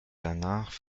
danach